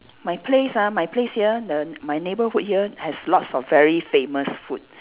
my place ah my place here the my neighborhood here has lots of very famous food